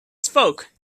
spoke